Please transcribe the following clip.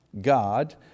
God